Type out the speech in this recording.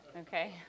Okay